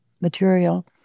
material